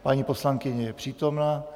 Paní poslankyně je přítomna.